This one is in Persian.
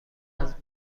جذب